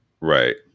Right